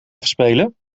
afspelen